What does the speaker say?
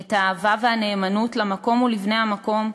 את האהבה והנאמנות למקום ולבני המקום,